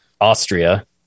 Austria